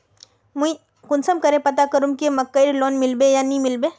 मुई कुंसम करे पता करूम की मकईर लोन मिलबे या नी मिलबे?